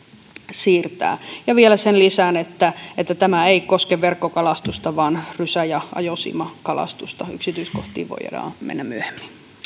siirtää vielä sen lisään että että tämä ei koske verkkokalastusta vaan rysä ja ajosiimakalastusta yksityiskohtiin voidaan mennä myöhemmin